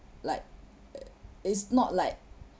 like uh it's not like